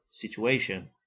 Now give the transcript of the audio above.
situation